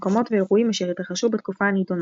מקומות ואירועים אשר התרחשו בתקופה הנידונה.